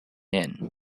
inn